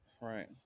right